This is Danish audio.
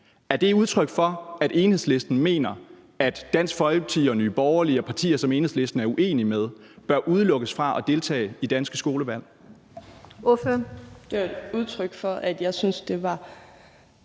Er det udtryk for, at Enhedslisten mener, at Dansk Folkeparti, Nye Borgerlige og partier, som Enhedslisten er uenige med, bør udelukkes fra at deltage i danske skolevalg?